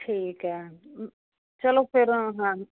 ਠੀਕ ਐ ਚਲੋ ਫੇਰ ਹਾਂ